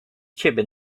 ciebie